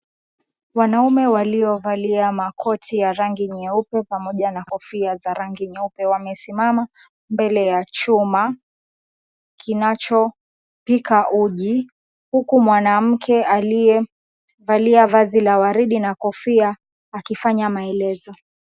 Wanaume waliovalia makoti ya rangi nyeupe pamoja na kofia za rangi nyeupe wamesimama mbele ya chuma kinachopika uji huku mwanamke aliyevalia vazi la waridi na kofia akifanya maelezo.